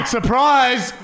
Surprise